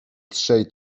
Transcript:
trzej